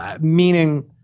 meaning